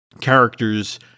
characters